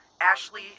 Ashley